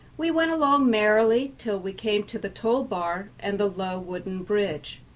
we went along merrily till we came to the toll-bar and the low wooden bridge.